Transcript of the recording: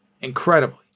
incredibly